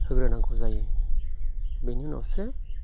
होग्रोनांगौ जायो बेनि उनावसो